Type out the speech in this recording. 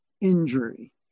injury